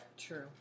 true